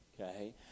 okay